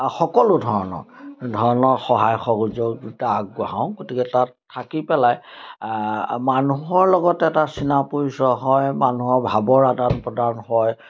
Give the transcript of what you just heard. সকলো ধৰণৰ ধৰণৰ সহায় সহযোগিতা আগবঢ়াওঁ গতিকে তাত থাকি পেলাই মানুহৰ লগতে এটা চিনাপৰিচয় হয় মানুহৰ ভাৱৰ আদান প্ৰদান হয়